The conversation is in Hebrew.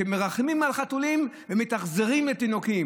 שמרחמים על חתולים ומתאכזרים לתינוקות.